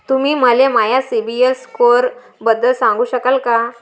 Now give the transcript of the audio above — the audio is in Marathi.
तुम्ही मले माया सीबील स्कोअरबद्दल सांगू शकाल का?